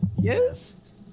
Yes